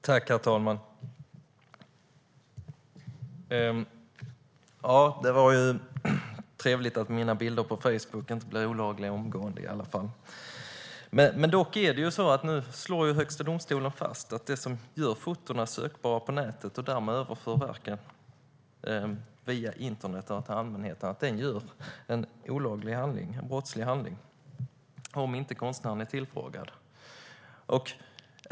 Herr talman! Det var ju trevligt att mina bilder på Facebook inte blir olagliga omgående i alla fall. Men det är ju ändå så att Högsta domstolen nu slår fast att den som gör fotona sökbara på internet och därmed överför verken till allmänheten begår en brottslig handling om konstnären inte är tillfrågad.